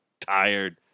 Tired